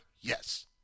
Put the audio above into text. Yes